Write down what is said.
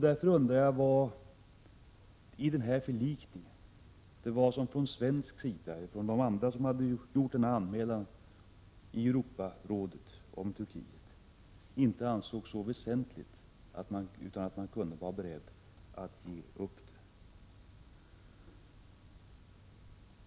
Därför undrar jag vad det var i den här förlikningen som från svensk sida och från andra som hade gjort denna anmälan i Europarådet inte ansågs så väsentligt och som man därför var beredd att ge upp.